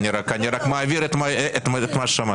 ואני מוכן --- אפשר לבדוק,